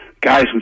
guys